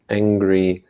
angry